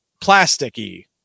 plasticky